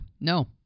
no